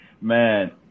man